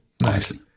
Nice